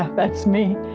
um that's me!